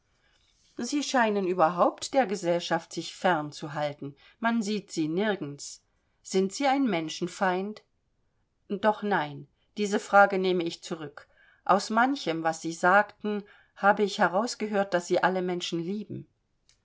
sie scheinen überhaupt der gesellschaft sich fern zu halten man sieht sie nirgends sie sind ein menschenfeind doch nein diese frage nehme ich zurück aus manchem was sie sagten habe ich herausgehört daß sie alle menschen lieben